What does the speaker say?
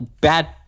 bad